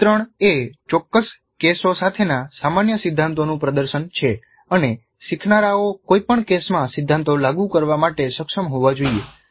ચિત્રણ એ ચોક્કસ કેસો સાથેના સામાન્ય સિદ્ધાંતોનું પ્રદર્શન છે અને શીખનારાઓ કોઈ પણ કેસમાં સિદ્ધાંતો લાગુ કરવા માટે સક્ષમ હોવા જોઈએ